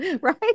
right